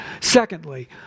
Secondly